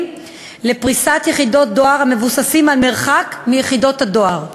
לפריסת יחידות דואר המבוססים על מרחק מיחידות הדואר: